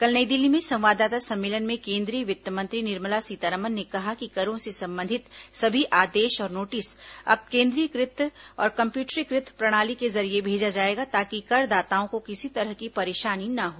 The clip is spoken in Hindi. कल नई दिल्ली में संवाददाता सम्मेलन में केंद्रीय वित्त मंत्री निर्मला सीतारमन ने कहा कि करों से संबंधित सभी आदेश और नोटिस अब केंद्रीकृत और कम्यूटरीकृत प्रणाली के जरिये भेजा जाएगा ताकि करदाताओं को किसी तरह की परेशानी न हो